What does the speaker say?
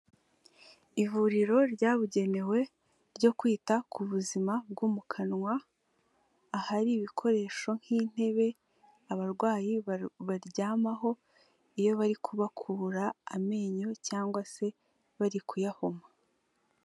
Ivuriro ryabugenewe ryo kwita ku buzima bwo mu kanwa, ahari ibikoresho nk'intebe abarwayi baryamaho, iyo bari kubakura amenyo cyangwa se bari kuyahoma.